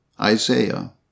Isaiah